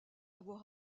avoir